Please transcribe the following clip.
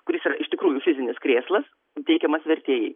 kuris yra iš tikrųjų fizinis krėslas teikiamas vertėjui